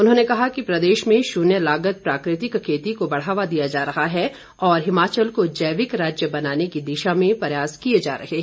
उन्होंने कहा कि प्रदेश में शून्य लागत प्राकृतिक खेती को बढ़ावा दिया जा रहा है और हिमाचल को जैविक राज्य बनाने की दिशा में प्रयास किए जा रहे हैं